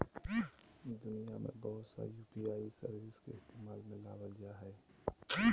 दुनिया में बहुत सा यू.पी.आई सर्विस के इस्तेमाल में लाबल जा हइ